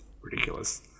ridiculous